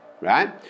right